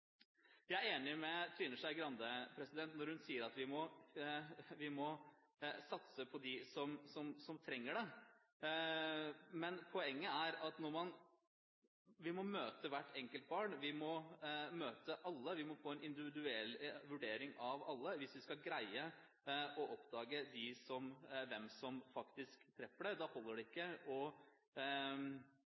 Jeg er enig med Trine Skei Grande når hun sier at vi må satse på dem som trenger det. Men poenget er at vi må møte hvert enkelt barn, vi må møte alle, vi må få en individuell vurdering av alle, hvis vi skal greie å oppdage hvem som faktisk trenger det. Da holder det ikke